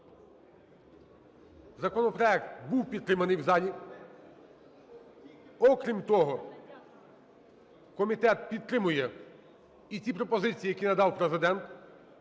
законопроект був підтриманий в залі, окрім того, комітет підтримує і ті пропозиції, які надав Президент.